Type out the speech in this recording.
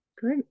Good